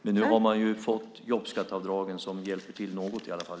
Men nu har man fått jobbskatteavdragen som hjälper till något i alla fall.